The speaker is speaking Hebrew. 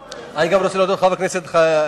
אני גם רוצה להודות לחבר הכנסת מקלב,